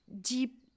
deep